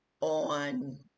on